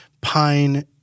pine